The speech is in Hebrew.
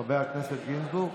חבר הכנסת גינזבורג?